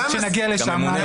כשנגיע לשם נעלה